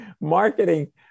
marketing